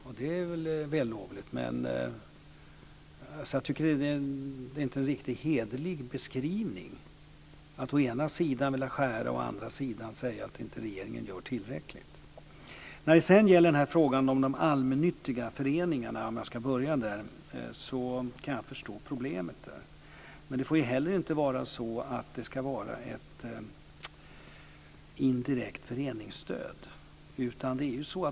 Och det är väl vällovligt, men jag tycker inte att det är en riktigt hederlig beskrivning att å ena sidan vilja skära, å andra sidan säga att regeringen inte gör tillräckligt. När det gäller frågan om de allmännyttiga föreningarna kan jag förstå problemet. Men det får heller inte vara så att detta blir ett indirekt föreningsstöd.